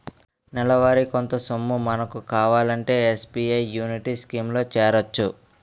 నెలవారీ కొంత సొమ్ము మనకు కావాలంటే ఎస్.బి.ఐ యాన్యుటీ స్కీం లో చేరొచ్చు